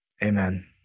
Amen